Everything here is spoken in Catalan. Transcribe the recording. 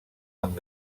amb